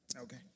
Okay